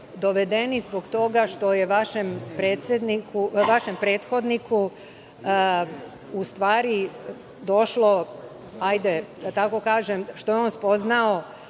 dovedeni zbog toga što je vašem prethodniku ustvari došlo, hajde da tako kažem, što je on spoznao